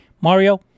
Mario